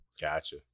Gotcha